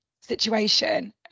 situation